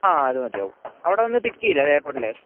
ആ അതുമതിയാവും അവിടെ വന്ന് പിക്ക് ചെയ്യില്ലേ അത് എയർപ്പോർട്ടിൽ